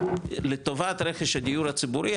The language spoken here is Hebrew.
לטובת רכש הדיור הציבורי,